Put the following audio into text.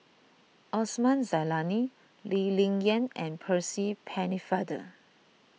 Osman Zailani Lee Ling Yen and Percy Pennefather